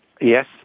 Yes